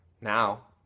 Now